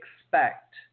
expect